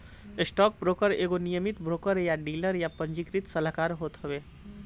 stockbroker एगो नियमित broker या डीलर या पंजीकृत सलाहकार होत हवे